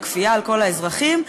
בכפייה על כל האזרחים,